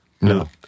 No